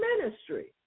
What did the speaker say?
ministry